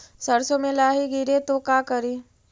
सरसो मे लाहि गिरे तो का करि?